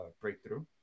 breakthrough